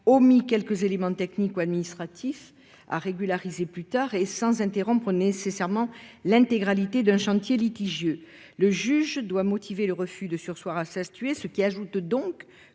omis quelques éléments techniques ou administratifs à régulariser plus tard, et sans interrompre nécessairement l'intégralité d'un chantier litigieux. Le juge doit motiver le refus de surseoir à statuer, ce qui ajoute une